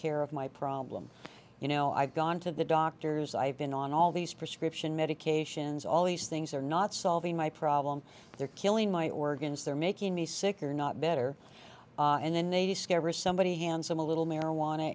care of my problem you know i've gone to the doctors i've been on all these prescription medications all these things are not solving my problem they're killing my organs they're making me sicker not better and then they discover somebody handsome a little marijuana